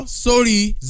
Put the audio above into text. sorry